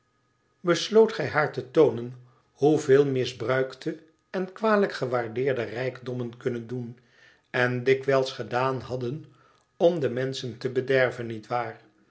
gij baar te toonen hoeveel misbruikte en kwalijk gewaardeerde rijkdommen kimnen doen en dikwijls gedaan hadden om de menschen te bederven nietwaar